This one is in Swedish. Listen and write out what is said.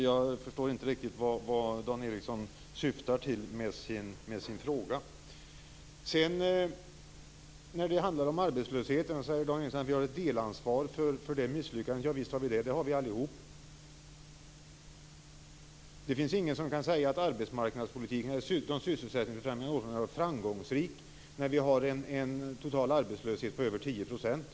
Jag förstår inte riktigt vad Dan Ericsson syftar till med sin fråga. Dan Ericsson säger att vi har ett delansvar för misslyckandet med arbetslösheten. Ja, visst har vi det. Det har vi allihop. Det finns ingen som kan säga att arbetsmarknadspolitiken eller de sysselsättningsfrämjande åtgärderna har varit framgångsrika när vi har en total arbetslöshet på över 10 %.